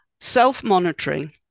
Self-monitoring